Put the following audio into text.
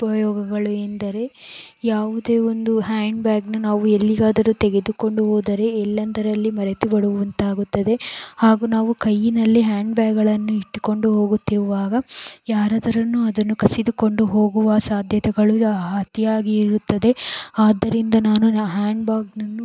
ಉಪಯೋಗಗಳು ಎಂದರೆ ಯಾವುದೇ ಒಂದು ಹ್ಯಾಂಡ್ ಬ್ಯಾಗನ್ನ ನಾವು ಎಲ್ಲಿಗಾದರು ತೆಗೆದುಕೊಂಡು ಹೋದರೆ ಎಲ್ಲೆಂದರಲ್ಲಿ ಮರೆತು ಬಿಡುವಂತಾಗುತ್ತದೆ ಹಾಗೂ ನಾವು ಕೈಯ್ಯಿನಲ್ಲಿ ಹ್ಯಾಂಡ್ ಬ್ಯಾಗ್ಗಳನ್ನು ಇಟ್ಟುಕೊಂಡು ಹೋಗುತ್ತಿರುವಾಗ ಯಾರಾದರೂ ಅದನ್ನು ಕಸಿದುಕೊಂಡು ಹೋಗುವ ಸಾಧ್ಯತೆಗಳು ಅತಿಯಾಗಿ ಇರುತ್ತದೆ ಆದ್ದರಿಂದ ನಾನು ಹ್ಯಾಂಡ್ ಬ್ಯಾಗ್ನನ್ನು